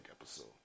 episode